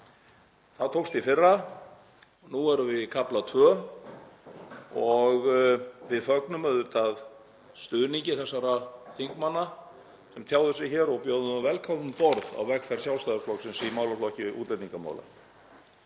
Það tókst í fyrra. Nú erum við í kafla tvö og við fögnum auðvitað stuðningi þeirra þingmanna sem tjáðu sig hér og bjóðum þá velkomna um borð á vegferð Sjálfstæðisflokksins í málaflokki útlendingamála.